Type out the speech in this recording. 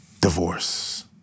divorce